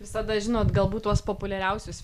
visada žinot galbūt tuos populiariausius